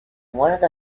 one